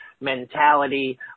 mentality